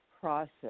process